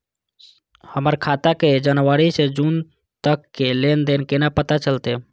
हमर खाता के जनवरी से जून तक के लेन देन केना पता चलते?